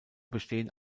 bestehen